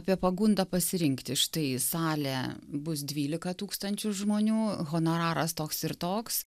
apie pagundą pasirinkti štai salė bus dvylika tūkstančių žmonių honoraras toks ir toks